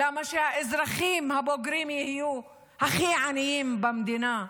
למה שהאזרחים הבוגרים יהיו הכי עניים במדינה?